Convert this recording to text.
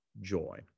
joy